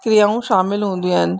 क्रयाऊं शामिलु हूंदियूं आहिनि